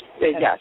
Yes